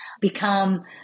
become